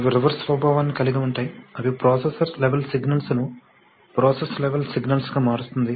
అవి రివర్స్ స్వభావాన్ని కలిగి ఉంటాయి అవి ప్రోసెసర్ లెవెల్ సిగ్నల్స్ ను ప్రోసెస్ లెవెల్ సిగ్నల్స్ గా మారుస్తుంది